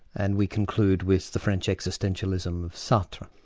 and we conclude with the french existentialism of sartre.